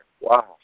Wow